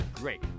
great